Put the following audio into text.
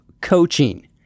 coaching